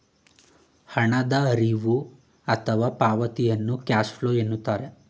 ಹಣದ ಹರಿವು ಅಥವಾ ಪಾವತಿಯನ್ನು ಕ್ಯಾಶ್ ಫ್ಲೋ ಎನ್ನುತ್ತಾರೆ